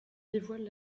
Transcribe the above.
dévoile